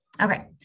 Okay